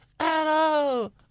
Hello